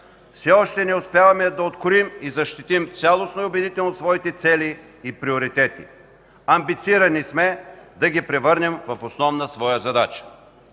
Все още не успяваме да откроим и защитим цялостно и убедително нашите цели и приоритети. Амбицирани сме да ги превърнем в основна своя задача.